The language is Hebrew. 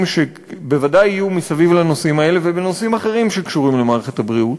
שבוודאי יהיו בנושאים האלה ובנושאים אחרים שקשורים למערכת הבריאות.